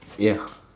ya